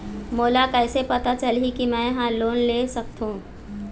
मोला कइसे पता चलही कि मैं ह लोन ले सकथों?